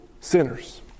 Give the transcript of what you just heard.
sinners